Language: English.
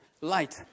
Light